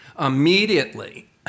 Immediately